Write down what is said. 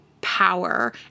power